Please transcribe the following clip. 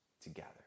together